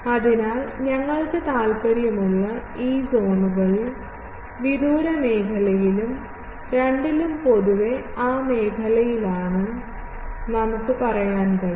അതിനാൽ ഞങ്ങൾക്ക് താൽപ്പര്യമുള്ള ഈ സോണുകളിൽ വിദൂര മേഖലയിലും രണ്ടിലും പൊതുവെ ആ മേഖലയിലാണെന്ന് നമുക്ക് പറയാൻ കഴിയും